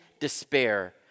despair